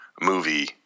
movie